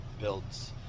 builds